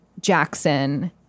Jackson